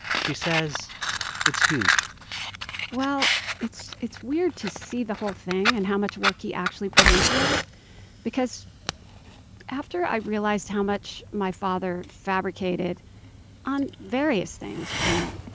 she says it's huge well, it's it's weird to see the whole thing and how much work he actually put into it because after i realized how much my father fabricated on various things, from,